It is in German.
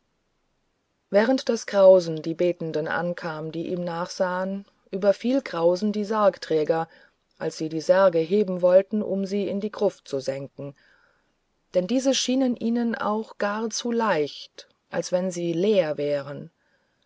während grausen den betenden ankam die ihm nachsahen überfiel grausen die sargträger als sie die särge heben wollten um sie in die gruft zu senken denn diese schienen ihnen auch gar zu leicht als wenn sie leer wären